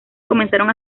comenzaron